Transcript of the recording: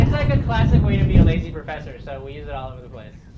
like a classic way to be a lazy professor, so we use it all over the place.